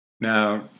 Now